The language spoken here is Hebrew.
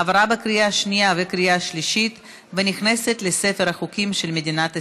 עבר בקריאה שנייה וקריאה שלישית ונכנס לספר החוקים של מדינת ישראל.